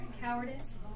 cowardice